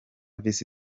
visi